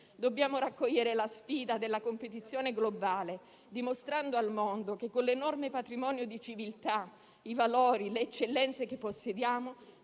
Dobbiamo raccogliere la sfida della competizione globale, dimostrando al mondo che con l'enorme patrimonio di civiltà, di valori e di eccellenze che possediamo